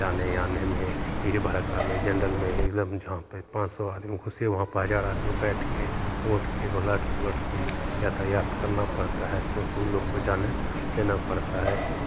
जाने आने में भीड़ भड़क्का में जेनरल में एकदम जहाँ पे पाँच सौ आदमी घुसे वहाँ पे हजार आदमी बैठे के ओट के घोलट पलट के यातायात करना पड़ता है क्योंकि वो लोग को जाने देना पड़ता है तो